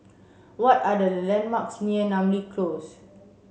what are the landmarks near Namly Close